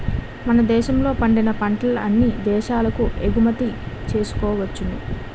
మన దేశంలో పండిన పంటల్ని అన్ని దేశాలకు ఎగుమతి చేసుకోవచ్చును